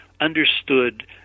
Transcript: understood